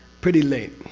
pretty late.